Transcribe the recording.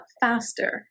faster